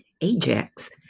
Ajax